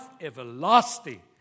everlasting